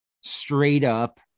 Straight-up